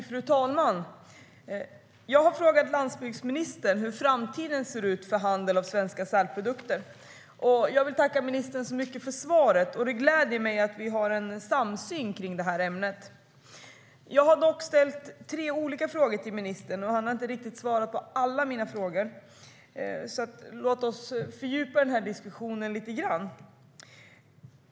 Fru talman! Jag har frågat landsbygdsministern hur framtiden ser ut för handel med svenska sälprodukter. Jag tackar ministern så mycket för svaret. Det gläder mig att vi har en samsyn i ämnet. Jag har dock ställt tre olika frågor till ministern, och han har inte riktigt svarat på alla mina frågor. Låt oss fördjupa diskussionen lite grann!